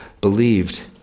believed